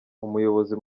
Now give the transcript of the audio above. umuyobozi